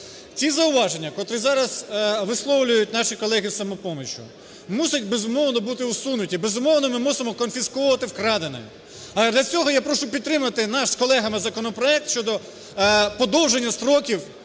Ті зауваження, котрі зараз висловлюють наші колеги з "Самопомочі" мусять, безумовно, бути усунуті, безумовно, ми мусимо конфісковувати вкрадене. Але для цього я прошу підтримати наш з колегами законопроект щодо подовження строків